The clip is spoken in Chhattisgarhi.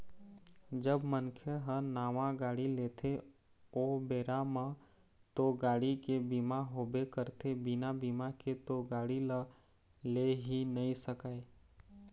जब मनखे ह नावा गाड़ी लेथे ओ बेरा म तो गाड़ी के बीमा होबे करथे बिना बीमा के तो गाड़ी ल ले ही नइ सकय